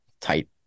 tight